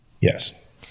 Yes